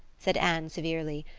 said anne severely.